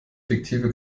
fiktive